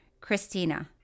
Christina